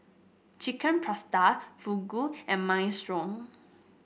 Chicken Pasta Fugu and Minestrone